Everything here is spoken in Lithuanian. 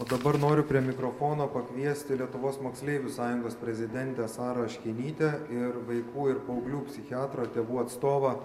o dabar noriu prie mikrofono pakviesti lietuvos moksleivių sąjungos prezidentę sarą aškinytę ir vaikų ir paauglių psichiatrą tėvų atstovą